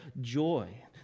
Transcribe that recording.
joy